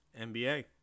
NBA